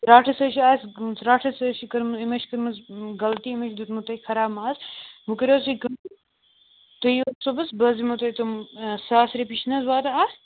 ژاٹھَس حظ چھِ آسہِ ژاٹھَس حظ چھِ کٔرمٕژ أمۍ حظ چھِ کٔرمٕژ غلطی أمۍ حظ چھِ دیُتمت تۄہہِ خراب ماز وۄنۍ کٔرِو حظ تُہۍ کٲم تُہۍ یِیِو حظ صُبَحس بہٕ حظ دِمو تۄہہِ تِم ساس رۄپیہِ چھِنہٕ حظ واتان اَتھ